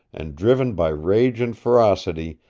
and driven by rage and ferocity,